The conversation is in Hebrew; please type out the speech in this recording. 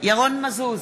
ירון מזוז,